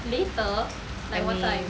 I mean